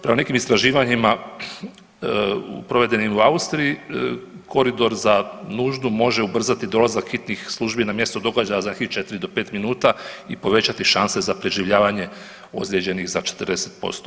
Prema nekim istraživanjima provedenim u Austriji, koridor za nuždu može ubrzati dolazak hitnih službi na mjesto događaja za nekih 4 do 5 minuta i povećati šanse za preživljavanje ozlijeđenih za 40%